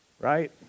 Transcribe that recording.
right